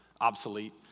obsolete